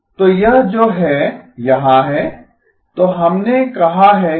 तो यह जो है यहाँ है तो हमने कहा है कि